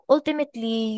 Ultimately